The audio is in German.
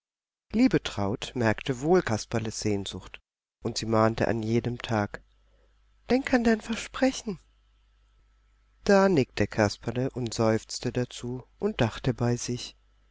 liebetraut merkte wohl kasperles sehnsucht und sie mahnte an jedem tag denk an dein versprechen da nickte kasperle und seufzte dazu und dachte bei sich